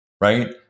Right